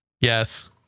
Yes